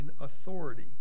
authority